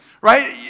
Right